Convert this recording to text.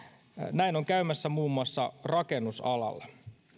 näin on käymässä muun muassa rakennusalalla